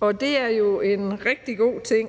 og det er jo en rigtig god ting.